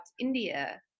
India